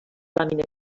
làmina